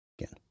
Again